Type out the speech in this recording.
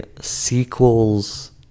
sequels